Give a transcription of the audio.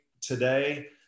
today